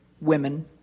women